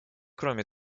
кроме